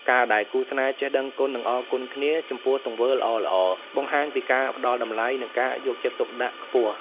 ការដែលគូស្នេហ៍ចេះ "ដឹងគុណ និងអរគុណគ្នា" ចំពោះទង្វើល្អៗ បង្ហាញពីការផ្ដល់តម្លៃ និងការយកចិត្តទុកដាក់ខ្ពស់។